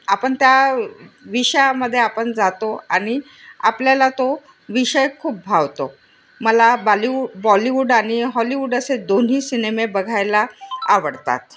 आपण त्या विषयामध्ये आपण जातो आणि आपल्याला तो विषय खूप भावतो मला बालिवू बॉलीवूड आणि हॉलिवूड असे दोन्ही सिनेमे बघायला आवडतात